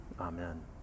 Amen